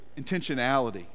intentionality